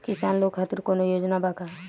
किसान लोग खातिर कौनों योजना बा का?